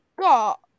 got